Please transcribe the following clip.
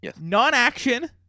non-action